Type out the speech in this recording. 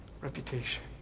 reputation